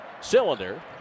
cylinder